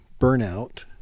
burnout